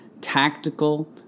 tactical